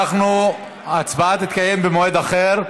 ההצבעה תתקיים במועד אחר.